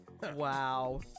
Wow